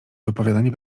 wypowiadanie